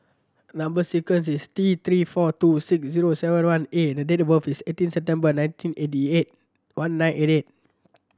number sequence is T Three four two six zero seven one A the date of birth is eighteen September nineteen eighty eight one nine eight eight